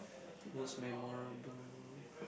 most memorable